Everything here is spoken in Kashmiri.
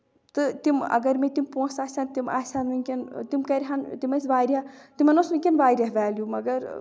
تہٕ تِم اَگر مےٚ تِم پونسہٕ آسہٕ ہن تِم آسہٕ ہن مےٚ وٕنکیٚن تِم کرٕ ہن تِم ٲسی واریاہ تِمن اوس وٕنکین واریاہ ویلیو مَگر